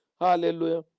hallelujah